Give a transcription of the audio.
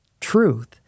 truth